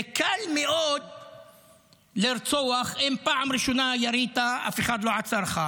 זה קל מאוד לרצוח אם פעם ראשונה ירית ואף אחד לא עצר אותך.